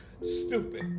stupid